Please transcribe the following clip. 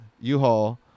U-Haul